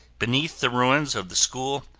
beneath the ruins of the school,